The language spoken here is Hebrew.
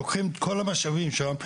לוקחים את כל המשאבים שם,